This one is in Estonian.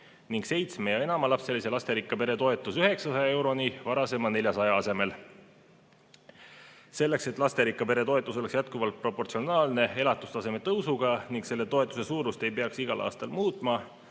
ning seitsme ja enamalapselise lasterikka pere toetus 900 euroni varasema 400 asemel. Selleks, et lasterikka pere toetus oleks jätkuvalt proportsionaalne elatustaseme tõusuga ning selle toetuse suurust ei peaks igal aastal muutma,